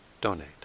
donate